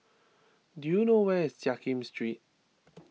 do you know where is Jiak Kim Street